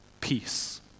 Peace